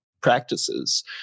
Practices